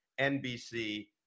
NBC